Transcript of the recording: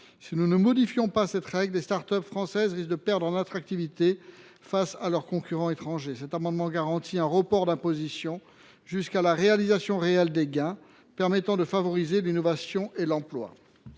Si nous ne modifions pas cette règle, les start up françaises risquent de perdre en attractivité face à leurs concurrentes étrangères. Il convient donc de garantir un report d’imposition jusqu’à la réalisation réelle des gains, permettant de favoriser l’innovation et l’emploi.